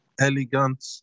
elegant